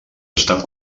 estan